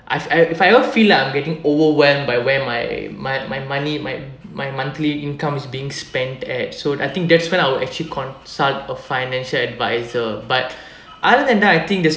I've if I ever feel that I'm getting overwhelmed by where my my my money my my monthly income is being spent at soon I think that's when I'll actually consult a financial adviser but other than that I think there's